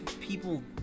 people